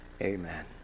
Amen